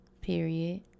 Period